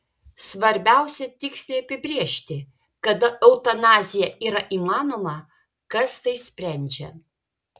svarbiausia tiksliai apibrėžti kada eutanazija yra įmanoma kas tai sprendžia